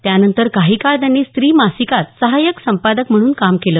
त्यानंतर काही काळ त्यांनी स्त्री या मासिकात सहायक संपादक म्हणून काम केलं